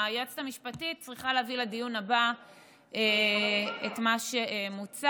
היועצת המשפטית צריכה להביא לדיון הבא את מה שמוצע.